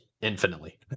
Infinitely